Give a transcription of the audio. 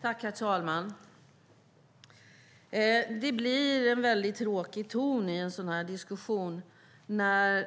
Herr talman! Det blir en tråkig ton i debatten när